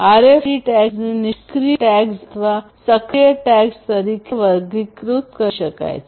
RFID ટેગ્સને નિષ્ક્રિય tags અથવા સક્રિય ટેગ્સ તરીકે વર્ગીકૃત કરી શકાય છે